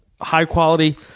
high-quality